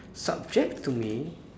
subject to me